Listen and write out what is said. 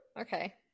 Okay